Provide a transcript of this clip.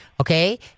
Okay